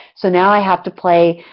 so now i have to play